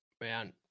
Man